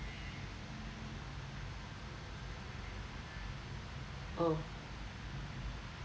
oh